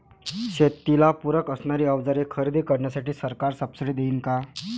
शेतीला पूरक असणारी अवजारे खरेदी करण्यासाठी सरकार सब्सिडी देईन का?